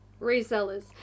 resellers